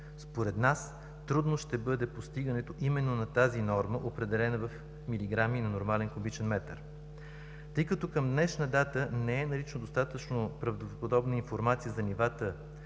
Според нас трудно ще бъде постигането именно на тази норма, определена в милиграми на нормален куб. метър. Тъй като към днешна дата не е налична достатъчно правдоподобна информация за нивата